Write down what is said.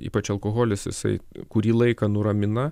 ypač alkoholis jisai kurį laiką nuramina